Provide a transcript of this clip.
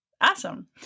Awesome